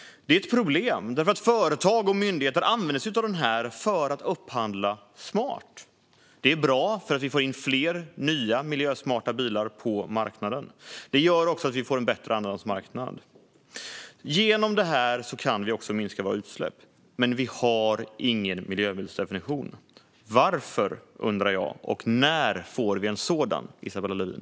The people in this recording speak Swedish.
Det är ett problem, för företag och myndigheter använder sig av den för att upphandla smart. Det är bra för att vi får in nya miljösmarta bilar på marknaden. Det gör också att vi får en bättre andrahandsmarknad. Genom detta kan vi också minska våra utsläpp, men vi har ingen miljöbilsdefinition. Varför, undrar jag. När får vi en sådan, Isabella Lövin?